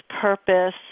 purpose